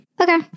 Okay